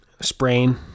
Sprain